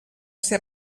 ser